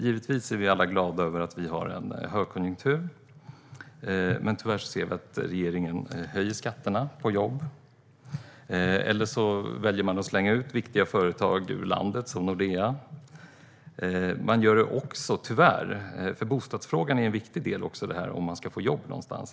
Givetvis är vi alla glada över att vi har en högkonjunktur, men tyvärr ser vi att regeringen höjer skatterna på jobb eller väljer att slänga ut viktiga företag ur landet, som Nordea. Bostäder är också en viktig del om man ska få jobb någonstans.